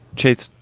chait's.